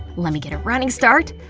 lemme get a running start.